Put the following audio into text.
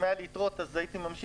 אם היו לי יתרות, הייתי ממשיך.